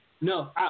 No